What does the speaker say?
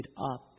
up